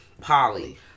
Polly